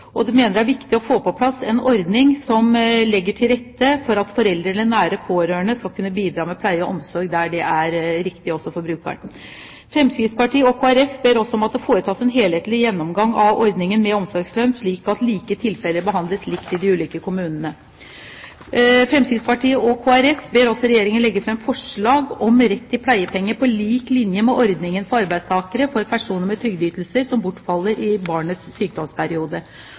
kommune, og mener det er viktig å få på plass en ordning som legger til rette for at foreldrene eller nære pårørende skal kunne bidra med pleie og omsorg der det er riktig også for brukeren. Fremskrittspartiet og Kristelig Folkeparti ber også om at det foretas en helhetlig gjennomgang av ordningen med omsorgslønn, slik at like tilfeller behandles likt i de ulike kommunene. Fremskrittspartiet og Kristelig Folkeparti ber også Regjeringen legge fram forslag om rett til pleiepenger, på lik linje med ordningen for arbeidstakere, for personer med trygdeytelser som bortfaller i barnets